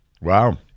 Wow